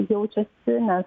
jaučiasi nes